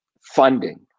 funding